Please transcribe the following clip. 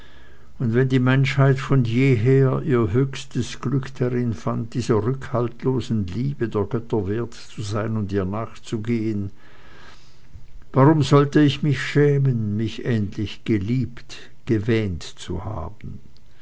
und wenn die menschheit von jeher ihr höchstes glück darin fand dieser rückhaltlosen liebe der götter wert zu sein und ihr nachzugehen warum sollte ich mich schämen mich ähnlich geliebt gewähnt zu haben